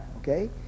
Okay